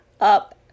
up